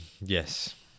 Yes